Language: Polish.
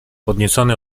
podniecony